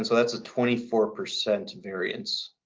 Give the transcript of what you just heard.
so that's a twenty four percent variance.